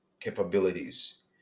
capabilities